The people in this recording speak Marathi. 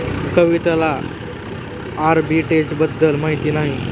कविताला आर्बिट्रेजबद्दल माहिती नाही